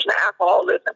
alcoholism